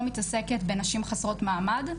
לא מתעסקת בנשים חסרות מעמד,